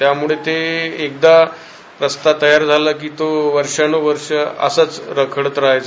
त्यामुळे ते एकदा रस्ता तयार झाला की तो वर्षानुवर्षे असाच रखडत रहायचा